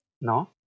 No